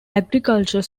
agriculture